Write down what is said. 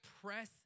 press